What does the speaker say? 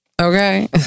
Okay